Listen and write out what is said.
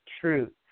truth